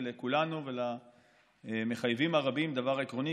לכולנו ולמחייבים הרבים דבר עקרוני,